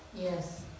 Yes